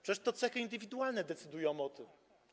Przecież to cechy indywidualne decydują o tym.